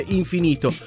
infinito